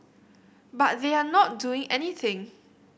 but they are not doing anything